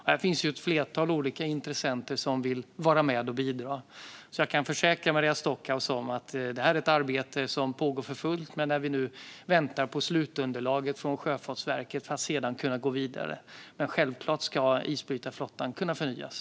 Här finns ett flertal olika intressenter som vill vara med och bidra. Jag kan försäkra Maria Stockhaus om att det här är ett arbete som pågår för fullt. Vi väntar nu på slutunderlaget från Sjöfartsverket för att sedan kunna gå vidare. Självklart ska isbrytarflottan kunna förnyas.